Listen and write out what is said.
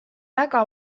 väga